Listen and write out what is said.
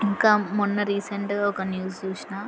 ఇంకా మొన్న రీసెంట్గా ఒక న్యూస్ చూసినా